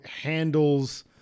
handles